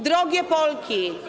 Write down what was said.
Drogie Polki!